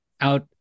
out